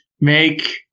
make